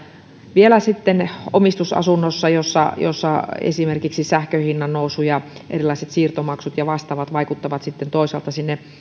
vielä omistusasunnossa jossa jossa esimerkiksi sähkön hinnan nousu ja erilaiset siirtomaksut ja vastaavat vaikuttavat toisaalta